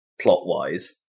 plot-wise